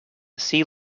see